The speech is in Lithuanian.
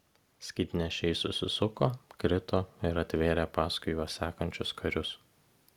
skydnešiai susisuko krito ir atvėrė paskui juos sekančius karius